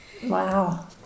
Wow